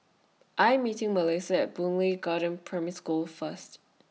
I Am meeting Mellissa At Boon Lay Garden Primary School First